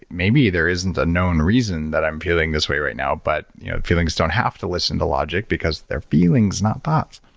maybe there isn't a known reason that i'm feeling this way right now, but feelings don't have to listen to logic because they're feelings not thoughts.